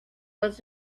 was